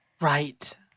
Right